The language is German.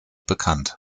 bekannt